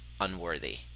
unworthy